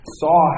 saw